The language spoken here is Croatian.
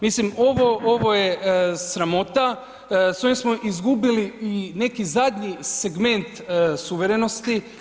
Mislim ovo je sramota, s ovim smo izgubili i neki zadnji segment suverenosti.